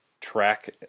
track